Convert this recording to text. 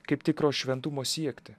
kaip tikro šventumo siekti